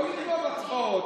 לא נגנוב הצבעות.